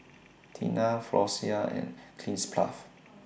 Tena Floxia and Cleanz Plus